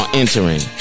entering